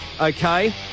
okay